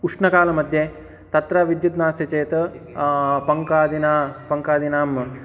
उष्णकालमध्ये तत्र विद्युत् नास्ति चेत् पङ्खादीनां पङ्खादीनाम्